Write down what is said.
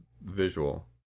visual